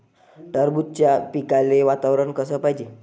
टरबूजाच्या पिकाले वातावरन कस पायजे?